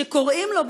שקוראים לו,